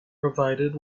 provided